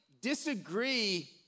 disagree